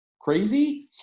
crazy